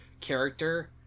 character